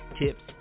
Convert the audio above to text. tips